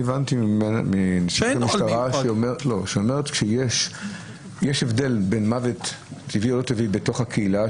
אני הבנתי מהמשטרה שיש הבדל בין מוות טבעי או לא טבעי בתוך הקהילה,